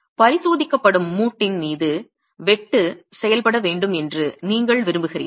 பரிசோதிக்கப்படும் மூட்டின் மீது வெட்டு செயல்பட வேண்டும் என்று நீங்கள் விரும்புகிறீர்கள்